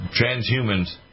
transhumans